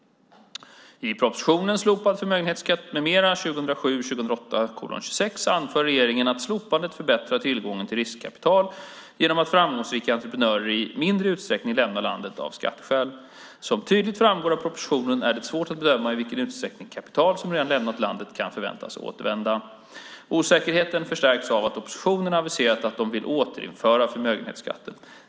I propositionen Slopad förmögenhetsskatt m.m. anför regeringen att slopandet förbättrar tillgången till riskkapital genom att framgångsrika entreprenörer i mindre utsträckning lämnar landet av skatteskäl. Som tydligt framgår av propositionen är det svårt att bedöma i vilken utsträckning kapital som redan lämnat landet kan förväntas återvända. Osäkerheten förstärks av att oppositionen aviserat att de vill återinföra förmögenhetsskatten.